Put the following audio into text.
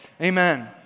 Amen